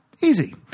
Easy